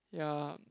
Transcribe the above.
ya